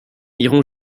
irons